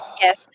Yes